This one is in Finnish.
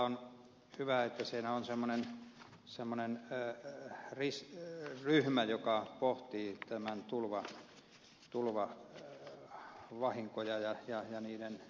on hyvä että siinä on semmoinen ryhmä joka pohtii näitä tulvavahinkoja ja niiden ennaltaehkäisyä